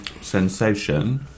sensation